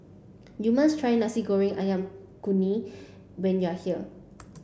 you must try Nasi Goreng Ayam Kunyit when you are here